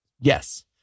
yes